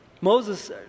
Moses